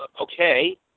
okay